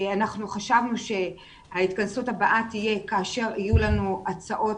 אנחנו חשבנו שההתכנסות הבאה תהיה כאשר יהיו לנו הצעות